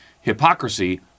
hypocrisy